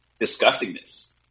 disgustingness